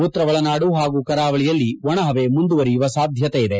ಉತ್ತರ ಒಳನಾಡು ಹಾಗೂ ಕರಾವಳಿಯಲ್ಲಿ ಒಣ ಹವೆ ಮುಂದುವರೆಯುವ ಸಾಧ್ವತೆಯಿದೆ